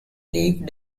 league